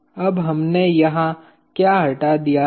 अब हमने यहाँ क्या हटा दिया है